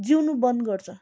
जिउनु बन्द गर्छ